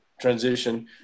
transition